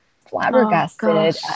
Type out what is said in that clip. flabbergasted